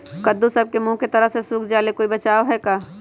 कददु सब के मुँह के तरह से सुख जाले कोई बचाव है का?